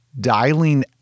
dialing